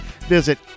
Visit